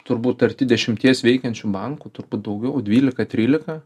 turbūt arti dešimties veikiančių bankų turbūt daugiau dvyliką tryliką